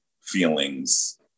feelings